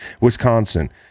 Wisconsin